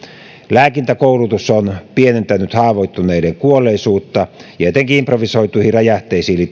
lääkintäkoulutus on pienentänyt haavoittuneiden kuolleisuutta ja etenkin improvisoituihin räjähteisiin liittyvä koulutus on vähentänyt